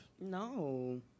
No